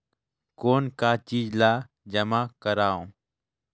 कौन का चीज ला जमा करवाओ?